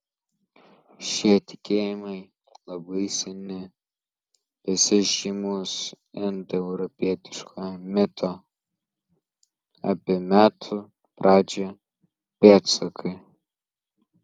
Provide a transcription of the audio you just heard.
šie tikėjimai labai seni juose žymūs indoeuropietiškojo mito apie metų pradžią pėdsakai